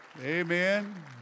Amen